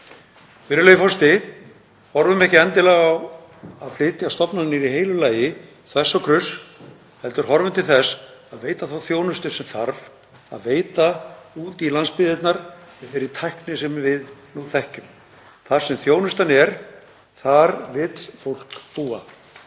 Virðulegi forseti. Horfum ekki endilega til þess að flytja stofnanir í heilu lagi þvers og kruss heldur horfum til þess að veita þá þjónustu sem þarf að veita út í landsbyggðirnar með þeirri tækni sem við nú þekkjum. Þar sem þjónustan er, þar vill fólk búa.